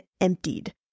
emptied